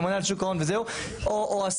הממונה על שוק ההון וזהו או השרים,